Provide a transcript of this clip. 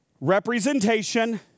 representation